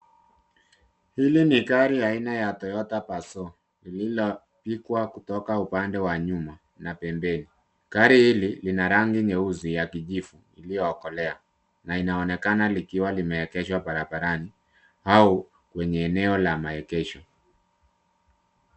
Hili ni gari aina ya Toyota Passo, lililovikwa kutoka upande wa nyuma na pembeni. Gari hili lina rangi nyeusi ya kijivu iliyookolea na inaonekana ikiwa imeegeshwa barabarani au kwenye eneo la maegesho.